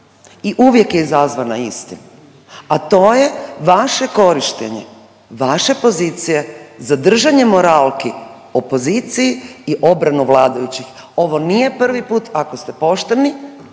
i uvijek je izazvana istim, a to je vaše korištenje vaše pozicije za držanje moralki opoziciji i obranu vladajućih. Ovo nije prvi put, ako ste pošteni